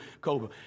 Cobra